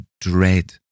dread